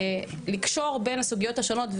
לקשור בין הסוגיות השונות,